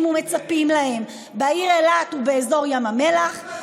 ומצפים להם בעיר אילת ובאזור ים המלח,